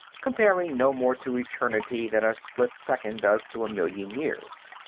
comparing no more to eternity than a split second does to a million years.